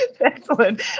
Excellent